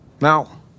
Now